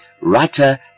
writer